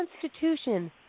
Constitution